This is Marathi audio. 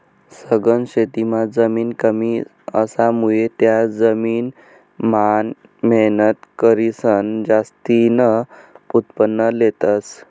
सघन शेतीमां जमीन कमी असामुये त्या जमीन मान मेहनत करीसन जास्तीन उत्पन्न लेतस